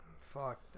Fuck